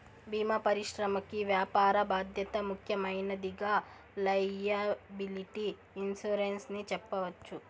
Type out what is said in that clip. భీమా పరిశ్రమకి వ్యాపార బాధ్యత ముఖ్యమైనదిగా లైయబిలిటీ ఇన్సురెన్స్ ని చెప్పవచ్చు